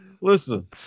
Listen